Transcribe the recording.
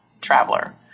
traveler